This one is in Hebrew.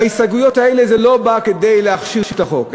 ההסתייגויות האלה לא באו כדי להכשיר את החוק,